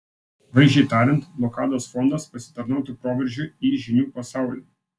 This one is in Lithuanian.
vaizdžiai tariant blokados fondas pasitarnautų proveržiui į žinių pasaulį